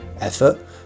effort